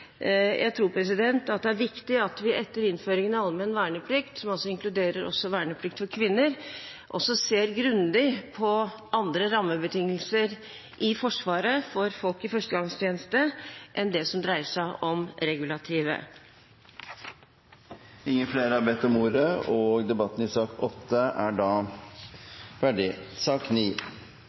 Jeg tror det er viktig at vi etter innføringen av allmenn verneplikt, som altså inkluderer verneplikt for kvinner, også ser grundig på andre rammebetingelser i Forsvaret for folk i førstegangstjeneste enn det som dreier seg om regulativet. Flere har ikke bedt om ordet til sak nr. 8. Etter ønske fra utenriks- og